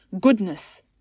goodness